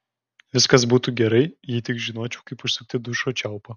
viskas būtų gerai jei tik žinočiau kaip užsukti dušo čiaupą